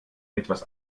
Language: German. etwas